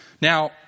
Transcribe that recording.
Now